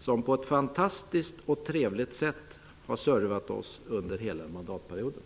som på ett fantastiskt och trevligt sätt har servat oss under hela mandatperioden.